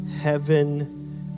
heaven